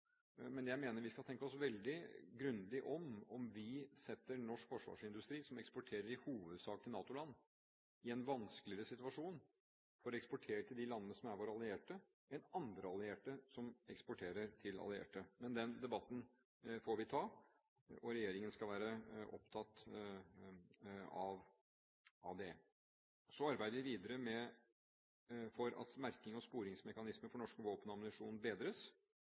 Men jeg mener at vi skal tenke oss veldig grundig om, om vi setter norsk forsvarsindustri – som eksporterer i hovedsak til NATO-land – i en vanskeligere situasjon for å eksportere til de landene som er våre allierte, enn andre allierte som eksporterer til allierte. Men den debatten får vi ta, og regjeringen skal være opptatt av det. Så arbeider vi videre for at merkings- og sporingsmekanismer for norske våpen og ammunisjon bedres.